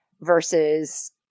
versus